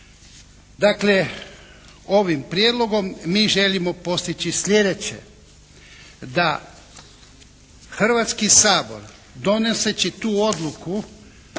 Dakle, ovim Prijedlogom mi želimo postići sljedeće, da Hrvatski sabor donoseći tu odluku